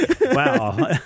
Wow